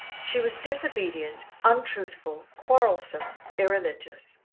she was disobedient, untruthful, quarrelsome, irreligious.